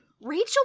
Rachel